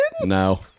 no